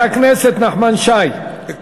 חבר הכנסת נחמן שי,